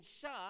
shut